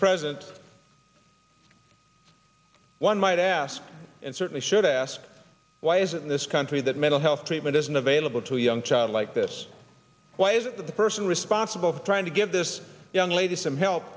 president one might ask and certainly should ask why is it in this country that mental health treatment isn't available to young child like this why is the person responsible for trying to give this young lady some help